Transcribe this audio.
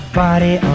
body